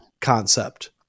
concept